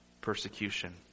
persecution